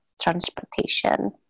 transportation